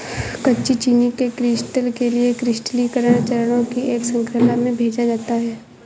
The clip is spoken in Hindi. कच्ची चीनी के क्रिस्टल के लिए क्रिस्टलीकरण चरणों की एक श्रृंखला में भेजा जाता है